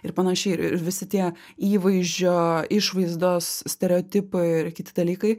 ir panašaiai ir visi tie įvaizdžio išvaizdos stereotipai ir kiti dalykai